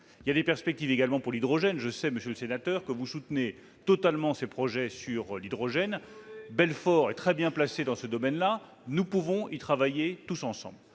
Il y a des perspectives également pour l'hydrogène. Je sais, monsieur le sénateur, que vous soutenez totalement ces projets, et le site de Belfort est très bien placé dans ce domaine. Là aussi, nous pouvons y travailler tous ensemble.